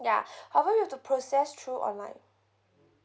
ya however you have to process through online